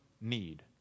need